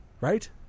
Right